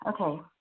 Okay